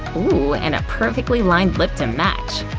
ooh, and a perfectly lined lip to match?